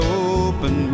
open